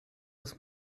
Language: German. des